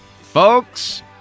Folks